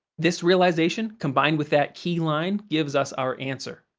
this realization, combined with that key line, gives us our answer.